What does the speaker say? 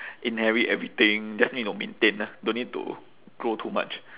inherit everything just need to maintain ah don't need to grow too much